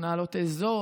מנהלות אזור,